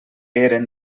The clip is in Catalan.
eren